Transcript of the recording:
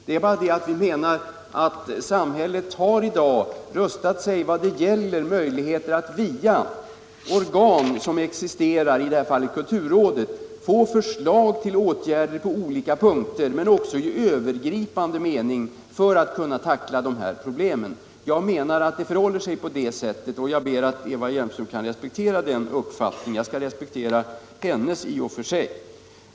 Det är bara det att samhället i dag har rustat sig när det gäller möjligheter att via existerande organ, i detta fall kulturrådet och statens ungdomsråd, få förslag till åtgärder på olika punkter eller av övergripande natur för att kunna tackla dessa problem. Jag menar att det förhåller sig på det sättet, och jag ber Eva Hjelmström att respektera den uppfattningen — jag skall i och för sig respektera hennes.